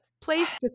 place